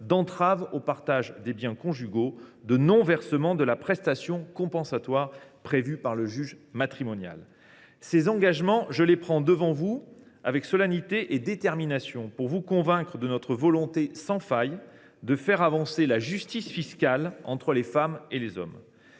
d’entrave au partage des biens conjugaux ou de non versement de la prestation compensatoire prévue par le juge matrimonial. Ces engagements, je les prends devant vous avec solennité et détermination pour vous convaincre de notre volonté sans faille de faire avancer la justice fiscale entre les femmes et les hommes.